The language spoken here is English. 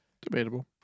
Debatable